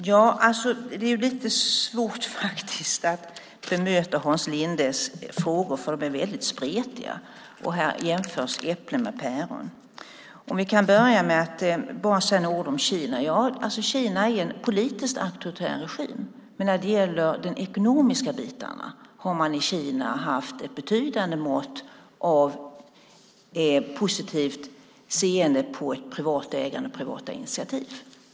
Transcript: Fru talman! Det är lite svårt att bemöta Hans Lindes spretiga frågor. Här jämförs äpplen med päron. Jag kan börja med att säga några ord om Kina. Kina är en politiskt auktoritär regim, men när det gäller de ekonomiska bitarna har Kina haft ett betydande mått av positivt seende på privat ägande och privata initiativ.